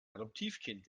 adoptivkind